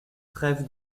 trêve